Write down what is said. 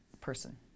person